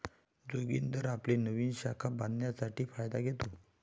जोगिंदर आपली नवीन शाखा बांधण्यासाठी फायदा घेतो